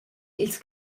ils